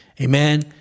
Amen